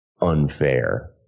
unfair